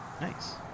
Nice